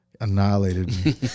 annihilated